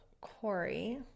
Corey